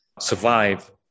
survive